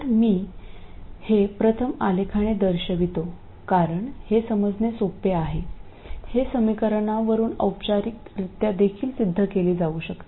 तर मी हे प्रथम आलेखाने दर्शवितो कारण हे समजणे खूप सोपे आहे हे समीकरणांवरून औपचारिकरित्या देखील सिद्ध केले जाऊ शकते